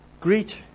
Greet